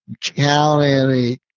county